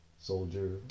soldier